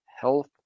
health